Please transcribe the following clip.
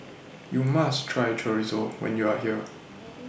YOU must Try Chorizo when YOU Are here